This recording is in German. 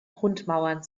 grundmauern